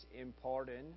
important